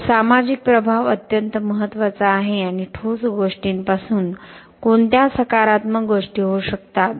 तर सामाजिक प्रभाव अत्यंत महत्त्वाचा आहे आणि ठोस गोष्टींपासून कोणत्या सकारात्मक गोष्टी होऊ शकतात